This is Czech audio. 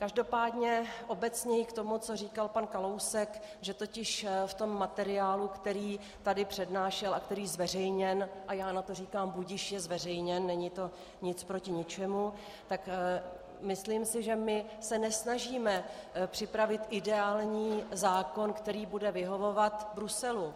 Každopádně obecněji k tomu, co říkal pan Kalousek, že totiž v tom materiálu, který tady přednášel a který byl zveřejněn já na to říkám budiž, je zveřejněn, není to nic proti ničemu, tak myslím si, že my se nesnažíme připravit ideální zákon, který bude vyhovovat Bruselu.